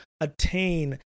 attain